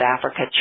Africa